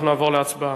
אנחנו נעבור להצבעה.